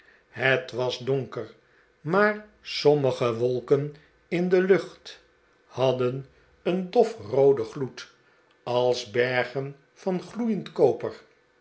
het was donker maar sommige wolken in de lucht hadden een dof rooden gloed als bergen van gloeiend koper